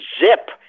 zip